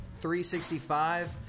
365